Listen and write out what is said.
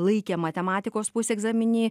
laikė matematikos pusegzaminį